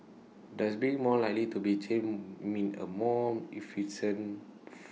does being more likely to be jailed mean A more efficient